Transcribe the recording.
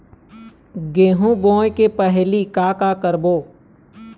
गेहूं बोए के पहेली का का करबो?